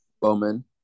Bowman